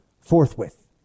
forthwith